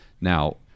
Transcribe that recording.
Now